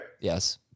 Yes